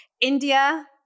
India